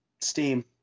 steam